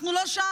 אנחנו לא שם.